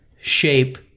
shape